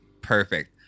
Perfect